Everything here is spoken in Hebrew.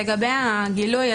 לגבי הגילוי,